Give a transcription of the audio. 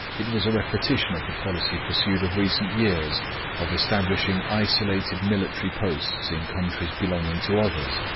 it was a repetition of the policy pursued of recent years of establishing isolated military posts in countries belonging to others,